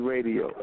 Radio